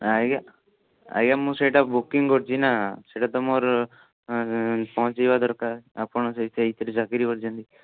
ଆଜ୍ଞା ଆଜ୍ଞା ମୁଁ ସେଇଟା ବୁକିଂ କରିଛି ନା ସେଇଟା ତ ମୋର ପହଞ୍ଚିବା ଦରକାର ଆପଣ ସେହି ସେଥିରେ ଚାକିରି କରିଛନ୍ତି